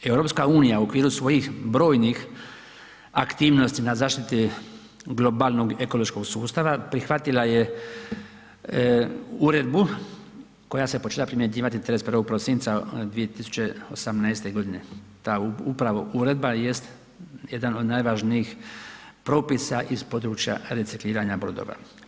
EU u okviru svojih brojnih aktivnosti na zaštiti globalnog ekološkog sustava prihvatila je uredbu koja se počela primjenjivati 31. prosinca 2018.g., ta upravo uredba jest jedan od najvažnijih propisa iz područja recikliranja brodova.